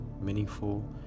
meaningful